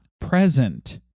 present